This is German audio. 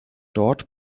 dort